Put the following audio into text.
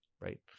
Right